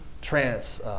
trance